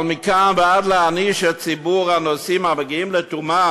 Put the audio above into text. אבל מכאן ועד להעניש את ציבור הנוסעים המגיעים לתומם?